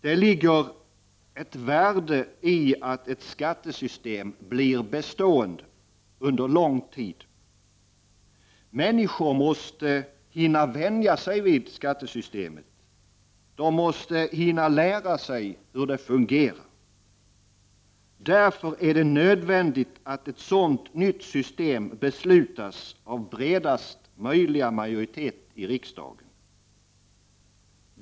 Det ligger ett värde i att ett skattesystem blir bestående under lång tid. Människor måste hinna vänja sig. De måste hinna lära sig hur det fungerar. Därför är det nödvändigt att ett sådant nytt system beslutas av bredast möjliga majoritet i riksdagen.